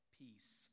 peace